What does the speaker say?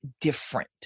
different